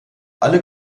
alle